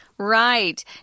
Right